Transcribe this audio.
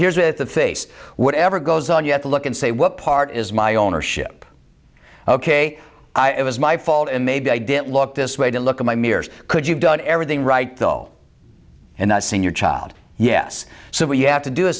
with the face whatever goes on you have to look and say what part is my ownership ok i was my fault and maybe i didn't look this way to look at my mirrors could you've done everything right though and i've seen your child yes so what you have to do